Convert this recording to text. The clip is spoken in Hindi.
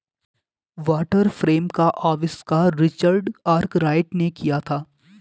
वाटर फ्रेम का आविष्कार रिचर्ड आर्कराइट ने किया था